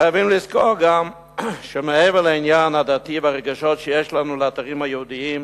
חייבים לזכור גם שמעבר לעניין הדתי והרגשות שיש לנו לאתרים היהודיים,